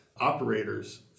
operators